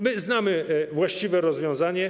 My znamy właściwe rozwiązanie.